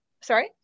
Sorry